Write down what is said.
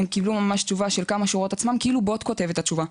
קיבלו ממש תשובה של כמה שורות כאילו בוט כותב את התשובה.